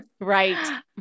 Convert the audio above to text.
right